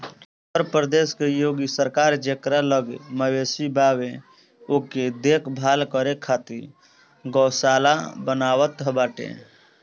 उत्तर प्रदेश के योगी सरकार जेकरा लगे मवेशी बावे ओके देख भाल करे खातिर गौशाला बनवावत बाटे